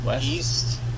east